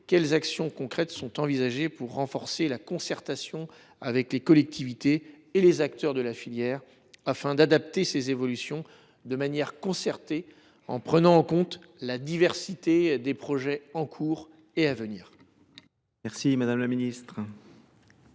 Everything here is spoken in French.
quelles actions concrètes sont envisagées pour renforcer la concertation avec les collectivités et les acteurs de la filière, afin d’adapter ces évolutions de manière concertée en prenant en compte la diversité des projets en cours et à venir. La parole est à Mme la ministre